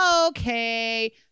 okay